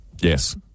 Yes